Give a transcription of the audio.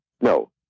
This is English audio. No